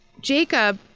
Jacob